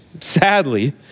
sadly